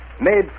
Made